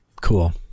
cool